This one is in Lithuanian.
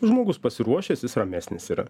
žmogus pasiruošęs jis ramesnis yra